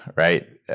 right?